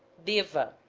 dever